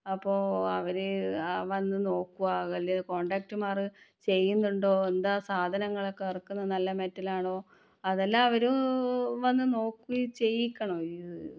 അപ്പോൾ അവർ വന്ന് നോക്കുക അല്ലെങ്കിൽ കോണ്ടാക്റ്റുമാർ ചെയ്യുന്നുണ്ടോ എന്താണ് സാധനങ്ങളൊക്കെ ഇറക്കുന്നത് നല്ല മെറ്റൽ ആണോ അതെല്ലാം അവരും വന്ന് നോക്കി ചെയ്യിക്കണം